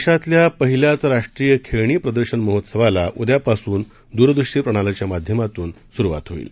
देशातल्या पहिल्याच राष्ट्रीय खेळणी प्रदर्शन महोत्सवाला उद्यापासून दूरदृश्य प्रणालीच्या माध्यमातून सुरुवात होईल